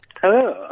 Hello